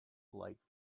like